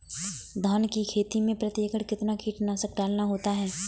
धान की खेती में प्रति एकड़ कितना कीटनाशक डालना होता है?